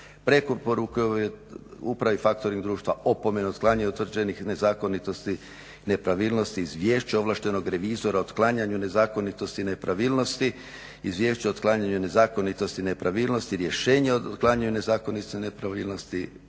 preporuke upravi factoring društva, opomenu i otklanjanje utvrđenih nezakonitosti, nepravilnosti, izvješća ovlaštenog revizora, otklanjanju nezakonitosti i nepravilnosti, izvješća o otklanjanju nezakonitosti i nepravilnosti, rješenja o otklanjanju nezakonitosti i nepravilnosti,